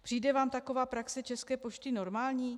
Přijde vám taková praxe České pošty normální?